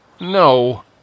No